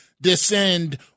descend